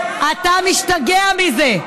אתה משתגע מזה.